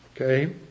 Okay